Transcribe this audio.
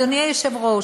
אדוני היושב-ראש,